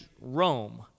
Rome